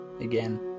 again